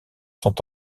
sont